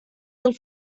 del